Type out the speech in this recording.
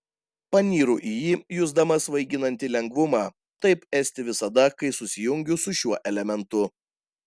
panyru į jį jusdama svaiginantį lengvumą taip esti visada kai susijungiu su šiuo elementu